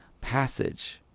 passage